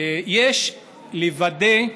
יש לוודא,